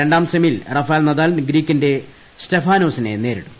രണ്ടാം സെമിയിൽ Rafael Nadal ഗ്രീക്കിന്റെ സ്റ്റെഫാനോസിനെ നേരിടും